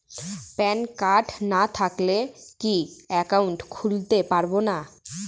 Pan card না থাকলে কি একাউন্ট খুলতে পারবো না?